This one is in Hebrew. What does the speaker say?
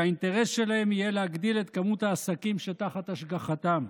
שהאינטרס שלהם יהיה להגדיל את כמות העסקים שתחת השגחתם.